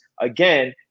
again